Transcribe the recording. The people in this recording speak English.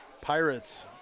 Pirates